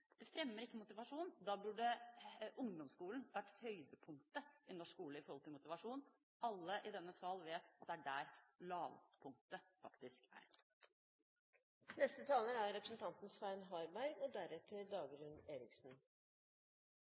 Det fremmer ikke motivasjon. Da burde ungdomsskolen vært høydepunktet i norsk skole. Alle i denne sal vet at det er der lavpunktet faktisk er. Det er